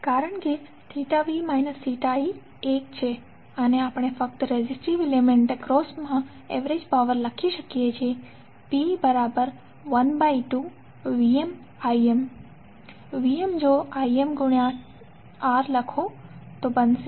કારણ કે cos v i એક છે અને આપણે ફક્ત રેજિસ્ટિવ એલીમેંટ એક્રોસમાં એવરેજ પાવર લખી શકીએ છીએ જે P12VmIm12Im2R થશે